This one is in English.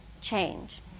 change